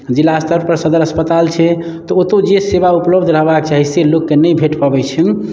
जिला स्तर पर सदर अस्पताल छै तऽ ओतौ जे सेवा उपलब्ध रहबाक चाही से लोक के नहि भेट पबै छै